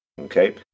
Okay